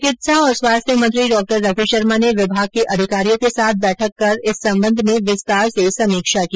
चिकित्सा और स्वास्थ्य मंत्री डॉ रघु शर्मा ने विभाग के अधिकारियों के साथ बैठक कर इस संबंध में विस्तार से समीक्षा की